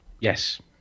Yes